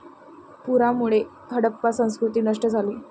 पुरामुळे हडप्पा संस्कृती नष्ट झाली